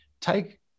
Take